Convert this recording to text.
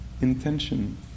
intention